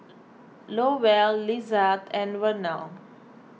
Lowell Lizeth and Vernal